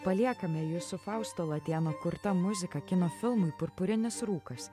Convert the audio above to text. paliekame jus su fausto latėno kurta muzika kino filmui purpurinis rūkas